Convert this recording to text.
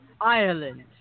Ireland